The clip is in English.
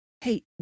hey